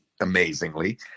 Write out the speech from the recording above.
amazingly